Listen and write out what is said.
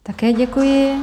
Také děkuji.